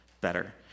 better